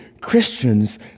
Christians